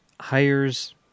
hires